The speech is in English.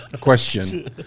question